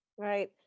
Right